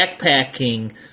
backpacking